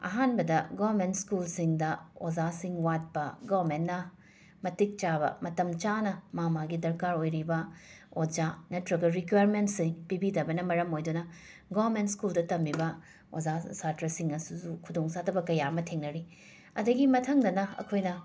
ꯑꯍꯥꯟꯕꯗ ꯒꯣꯃꯦꯟ ꯁ꯭ꯀꯨꯜꯁꯤꯡꯗ ꯑꯣꯖꯥꯁꯤꯡ ꯋꯥꯠꯄ ꯒꯣꯃꯦꯟꯅ ꯃꯇꯤꯛ ꯆꯥꯕ ꯃꯇꯝ ꯆꯥꯅ ꯃꯥ ꯃꯥꯒꯤ ꯗꯔꯀꯥꯔ ꯑꯣꯏꯔꯤꯕ ꯑꯣꯖꯥ ꯅꯠꯇ꯭ꯔꯒ ꯔꯤꯀ꯭ꯋꯔꯃꯦꯟꯁꯤꯡ ꯄꯤꯕꯤꯗꯕꯅ ꯃꯔꯝ ꯑꯣꯏꯗꯨꯅ ꯒꯣꯃꯦꯟ ꯁ꯭ꯀꯨꯜꯗ ꯇꯝꯃꯤꯕ ꯑꯣꯖꯥ ꯁꯥꯇ꯭ꯔꯁꯤꯡ ꯑꯁꯤꯁꯨ ꯈꯨꯗꯣꯡ ꯆꯥꯗꯕ ꯀꯌꯥ ꯑꯃ ꯊꯦꯡꯅꯔꯤ ꯑꯗꯒꯤ ꯃꯊꯪꯗꯅ ꯑꯩꯈꯣꯏꯅ